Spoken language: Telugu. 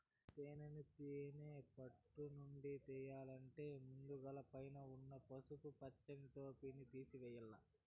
తేనెను తేనె పెట్టలనుంచి తియ్యల్లంటే ముందుగ పైన ఉన్న పసుపు పచ్చని టోపిని తేసివేయల్ల